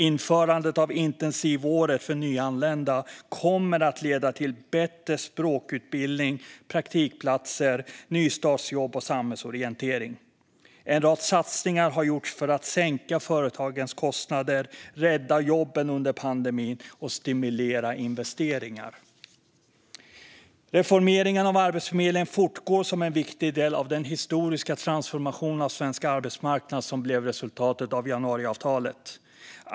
Införandet av intensivåret för nyanlända kommer att leda till bättre språkutbildning, praktikplatser, nystartsjobb och samhällsorientering. En rad satsningar har gjorts för att sänka företagens kostnader, rädda jobben under pandemin och stimulera investeringar. Reformeringen av Arbetsförmedlingen fortgår som en viktig del av den historiska transformation av svensk arbetsmarknad som blev resultatet av januariavtalet.